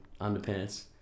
underpants